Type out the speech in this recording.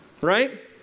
right